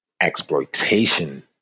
exploitation